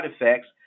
effects